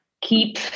keep